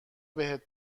بهت